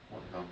what dumb